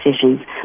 decisions